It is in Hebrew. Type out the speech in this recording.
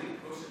צוהריים טובים,